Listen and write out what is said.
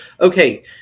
okay